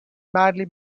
badly